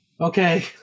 Okay